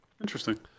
Interesting